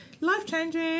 Life-changing